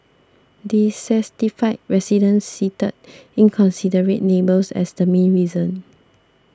dissatisfied residents cited inconsiderate neighbours as the main reason